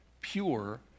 pure